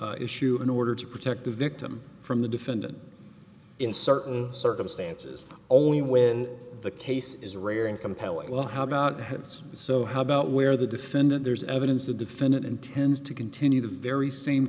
to issue an order to protect the victim from the defendant in certain circumstances only when the case is rare and compelling well how about homes so how about where the defendant there's evidence the defendant intends to continue the very same